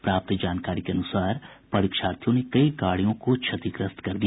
प्राप्त जानकारी के अनुसार परीक्षार्थियों ने कई गाड़ियों को क्षतिग्रस्त कर दिया